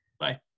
Bye